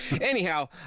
anyhow